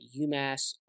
UMass